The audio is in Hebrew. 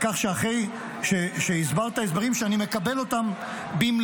על כך שאחרי שהסברת הסברים שאני מקבל במלואם,